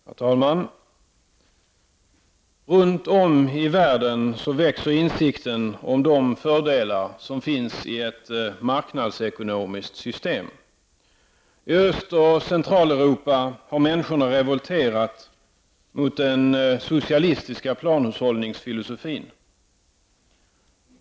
Herr talman! Runt om i världen växer insikten om de fördelar som finns i ett marknadsekonomiskt system. I Östoch Centraleuropa har människorna revolterat mot den socialistiska planhushållningsfilosofin.